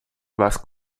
was